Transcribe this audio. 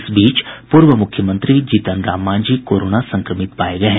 इस बीच पूर्व मुख्यमत्री जीतन राम मांझी कोरोना संक्रमण पाए गये हैं